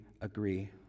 agree